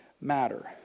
matter